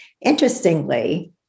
Interestingly